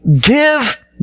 give